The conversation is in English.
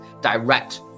direct